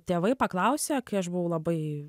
tėvai paklausė kai aš buvau labai